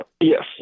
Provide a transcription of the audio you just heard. Yes